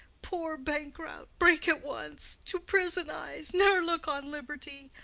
poor bankrout, break at once! to prison, eyes ne'er look on liberty!